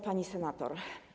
Pani Senator!